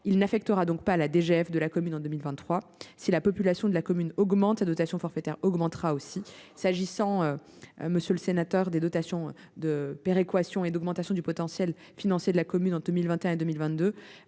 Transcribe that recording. et n'affectera donc pas la DGF de la commune en 2023. Si la population de la commune augmente, cette dotation forfaire en fera de même. S'agissant des dotations de péréquation, l'augmentation du potentiel financier de la commune en 2021 et 2022